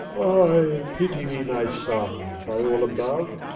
ay, pity me, my son! by all above,